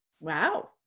Wow